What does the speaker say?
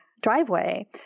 driveway